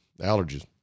allergies